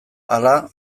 hala